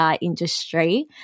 industry